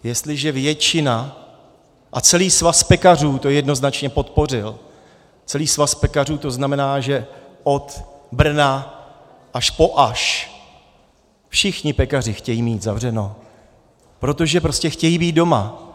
Jestliže většina a celý svaz pekařů to jednoznačně podpořil, celý svaz pekařů, to znamená, že od Brna až po Aš, všichni pekaři chtějí mít zavřeno, protože prostě chtějí být doma.